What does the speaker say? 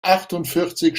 achtundvierzig